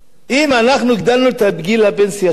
אם אנחנו העלינו את גיל הפנסיה שלנו